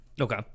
Okay